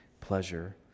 pleasure